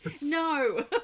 no